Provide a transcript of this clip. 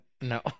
No